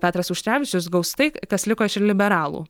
petras auštrevičius gaus tai kas liko iš liberalų